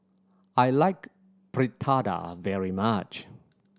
I like Fritada very much